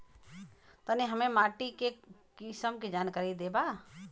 तनि हमें माटी के किसीम के जानकारी देबा?